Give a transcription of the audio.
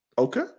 okay